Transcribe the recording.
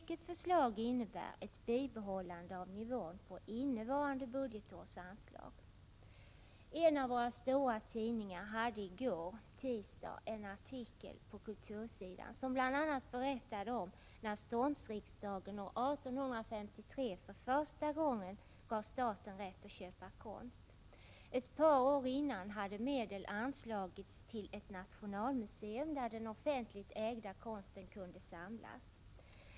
Detta förslag innebär ett bibehållande av nivån på innevarande budgetårs anslag. En av våra stora tidningar hade i går en artikel på kultursidan som bl.a. berättade om när ståndsriksdagen år 1853 för första gången gav staten rätt att köpa konst. Ett par år tidigare hade medel anslagits till ett nationalmuseum där den offentligt ägda konsten kunde samlas.